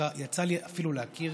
שיצא לי אפילו להכיר.